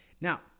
Now